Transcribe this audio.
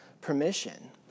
permission